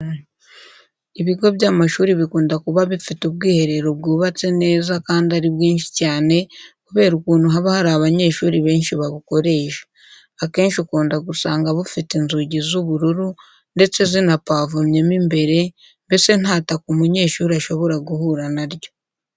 Ibigo by'amashuri bikunda kuba bifite ubwiherero bwubatse neza kandi ari bwinshi cyane kubera ukuntu haba hari abanyeshuri benshi babukoresha. Akenshi ukunda gusanga bufite inzugi z'ubururu ndetse zinapavomyemo imbere, mbese nta taka umunyeshuri ashobora guhura na ryo.